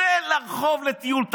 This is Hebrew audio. צא לרחוב לטיול.